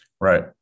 Right